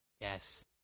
Yes